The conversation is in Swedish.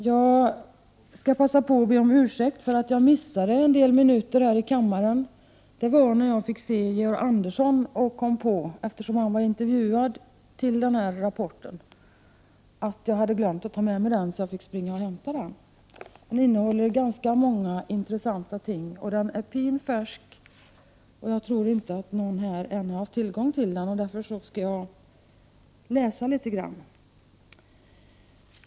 Jag vill först be om ursäkt för att jag missade några minuter här i kammaren när jag fick se Georg Andersson, som hade intervjuats i samband med rapporten i fråga. Jag mindes då att jag hade glömt att ta med rapporten hit och sprang och hämtade den. Den innehåller många intressanta uppgifter. Den är pinfärsk, och jag tror inte att någon här i kammaren har haft tillgång till den. Jag skall därför läsa litet ur den.